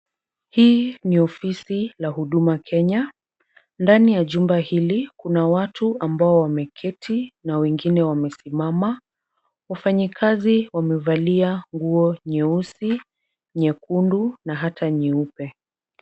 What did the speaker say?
Hii ni ofisi la huduma Kenya, ndani ya jumba hili kuna watu ambao wameketi na wengine wamesimama. Wafanyikazi wamevalia nguo nyeusi, nyekundu na hata nyeupe